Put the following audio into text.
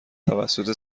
توسط